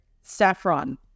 saffron